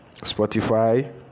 Spotify